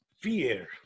Fear